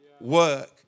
work